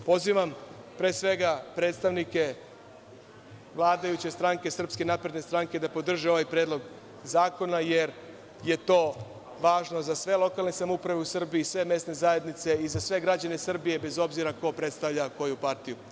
Pozivam pre svega predstavnike vladajuće stranke SNS da podrže ovaj predlog zakona, jer je to važno za sve lokalne samouprave u Srbiji i sve mesne zajednice i za sve građane Srbije, bez obzira ko predstavlja koju partiju.